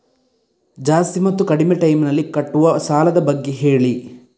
ಜಾಸ್ತಿ ಮತ್ತು ಕಡಿಮೆ ಟೈಮ್ ನಲ್ಲಿ ಕಟ್ಟುವ ಸಾಲದ ಬಗ್ಗೆ ಹೇಳಿ